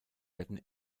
werden